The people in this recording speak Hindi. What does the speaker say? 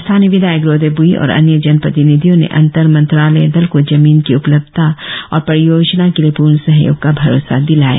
स्थानीय विधायक रोदे ब्ई और अन्य जन प्रतिनिधियों ने अंतर मंत्रालय दल को जमीन की उपलब्धता और परियोजना के लिए पूर्ण सहयोग का भरोसा दिलाया